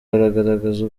bagaragaza